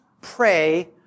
pray